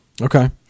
Okay